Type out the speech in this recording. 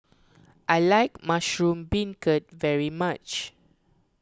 I like Mushroom Beancurd very much